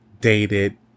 dated